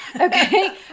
Okay